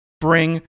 bring